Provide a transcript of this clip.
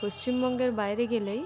পশ্চিমবঙ্গের বাইরে গেলেই